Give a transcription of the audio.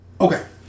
okay